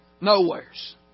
Nowheres